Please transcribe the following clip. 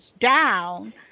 down